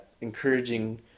encouraging